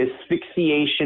asphyxiation